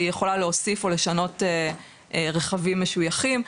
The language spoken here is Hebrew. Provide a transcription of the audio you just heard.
היא יכולה להוסיף ולשנות רכבים משויכים.